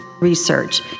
research